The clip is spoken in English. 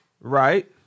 Right